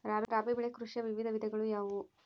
ರಾಬಿ ಬೆಳೆ ಕೃಷಿಯ ವಿವಿಧ ವಿಧಗಳು ಯಾವುವು?